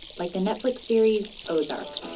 like the netflix series ozark.